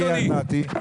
אדוני.